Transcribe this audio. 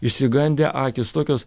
išsigandę akys tokios